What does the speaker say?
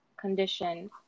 condition